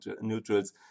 neutrals